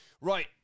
Right